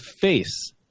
face